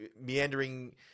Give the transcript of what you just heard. Meandering